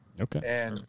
Okay